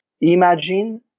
imagine